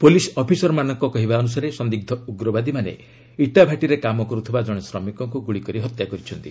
police ଅଫିସରମାନଙ୍କ କହିବା ଅନୁସାରେ ସନ୍ଦିଗ୍ଧ ଉଗ୍ରବାଦୀମାନେ ଇଟାଭାଟିରେ କାମ କରୁଥିବା ଜଣେ ଶ୍ରମିକଙ୍କୁ ଗୁଳିକରି ହତ୍ୟା କରିଛନ୍ତି